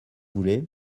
voulez